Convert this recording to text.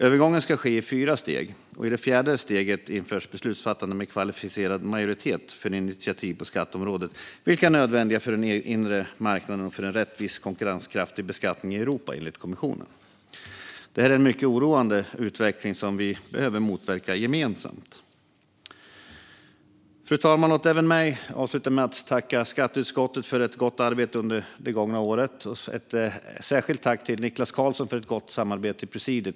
Övergången ska ske i fyra steg, och i det fjärde steget införs beslutsfattande med kvalificerad majoritet för initiativ på skatteområdet, vilka är nödvändiga för den inre marknaden och för en rättvis och konkurrenskraftig beskattning i Europa, enligt kommissionen. Detta är en mycket oroande utveckling som vi behöver motverka gemensamt. Fru talman! Låt även mig avsluta med att tacka utskottet för ett gott arbete under det gångna året. Jag vill rikta ett särskilt tack till Niklas Karlsson för ett gott samarbete i presidiet.